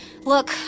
Look